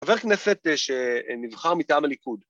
‫חבר כנסת שנבחר מטעם הליכוד.